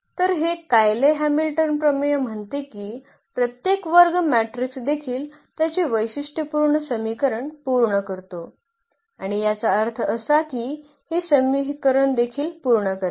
तर हे Cayley Hamilton प्रमेय म्हणते की प्रत्येक वर्ग मॅट्रिक्स देखील त्याचे वैशिष्ट्यपूर्ण समीकरण पूर्ण करतो आणि याचा अर्थ असा की हे समीकरण देखील पूर्ण करेल